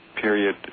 period